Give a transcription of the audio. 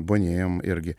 bony m irgi